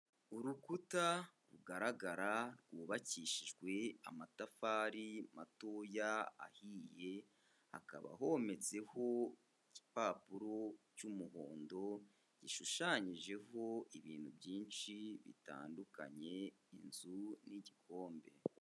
Urukuta rugaragara rwubakishijwe amatafari matoya ahiye, hakaba hometseho igipapuro cy'umuhondo gishushanyijeho ibintu byinshi bitandukanye; inzu n'igikombe.